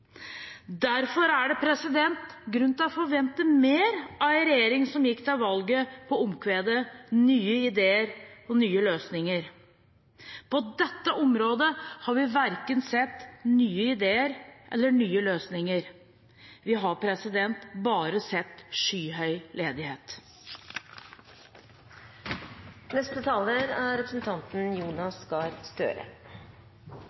Derfor er det grunn til å forvente mer av en regjering som gikk til valg på omkvedet om nye ideer og nye løsninger. På dette området har vi verken sett nye ideer eller nye løsninger. Vi har bare sett skyhøy